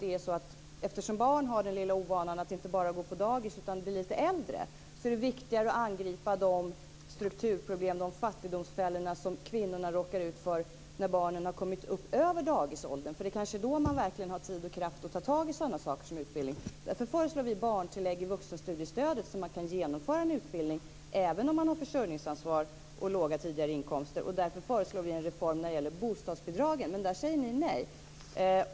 Vi tror dessutom, eftersom barn har den lilla ovanan att inte bara gå på dagis utan också bli äldre, att det är viktigare att angripa de strukturproblem och fattigdomsfällor som kvinnorna råkar ut för när barnen har kommit upp över dagisåldern. Det är kanske då man verkligen har tid och kraft att ta tag i sådant som utbildning. Därför föreslår vi barntillägg i vuxenstudiestödet, så att man kan genomföra en utbildning även om man har försörjningsansvar och låga tidigare inkomster. Därför föreslår vi också en reform när det gäller bostadsbidragen. Men där säger ni nej.